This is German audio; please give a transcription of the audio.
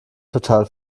total